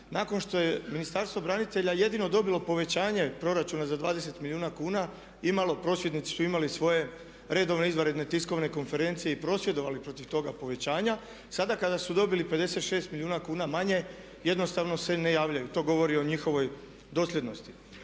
nakon što je Ministarstvo branitelja jedino dobilo povećanje proračuna za 20 milijuna kuna imali, prosvjednici su imali svoje redovne izvanredne tiskovne konferencije i prosvjedovali protiv toga povećanja. Sada kada su dobili 56 milijuna kuna manje jednostavno se ne javljaju. To govori o njihovoj dosljednosti.